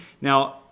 Now